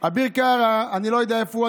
אביר קארה, אני לא יודע איפה הוא.